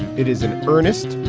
it is an earnest,